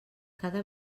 cada